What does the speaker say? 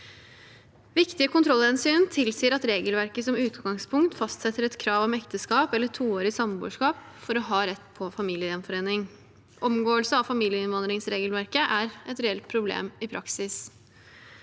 Viktige kontrollhensyn tilsier at regelverket som utgangspunkt fastsetter et krav om ekteskap eller toårig samboerskap for å ha rett til familiegjenforening. Omgåelse av familieinnvandringsregelverket er et reelt problem i praksis.